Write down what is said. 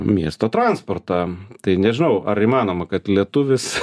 miesto transportą tai nežinau ar įmanoma kad lietuvis